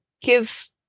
give